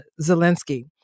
Zelensky